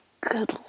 good